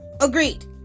agreed